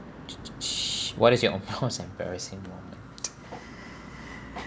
what is your most embarrassing